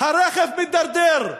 הרכב מתדרדר.